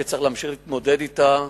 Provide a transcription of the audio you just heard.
שצריך להמשיך להתמודד אתה.